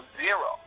zero